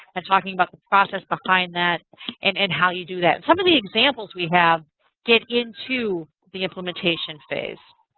and talking about the process behind that and and how you do that. some of the examples we have get into the implementation phase.